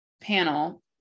panel